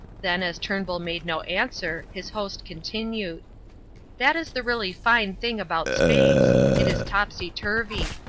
then, as turnbull made no answer, his host continued that is the really fine thing about space. it is topsy-turvy.